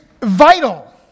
vital